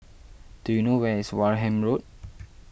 do you know where is Wareham Road